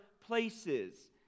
places